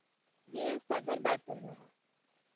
यह सदर बैतुल में है